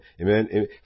Amen